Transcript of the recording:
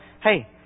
Hey